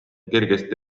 kergesti